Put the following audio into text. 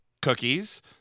Cookies